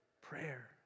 prayer